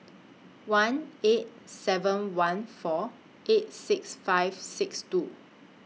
one eight seven one four eight six five six two